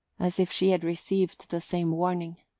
as if she had received the same warning.